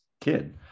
kid